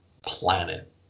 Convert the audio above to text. planet